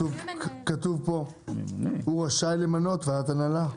כתוב פה: הוא רשאי למנות ועדת הנהלה.